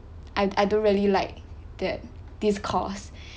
I I don't really like that this course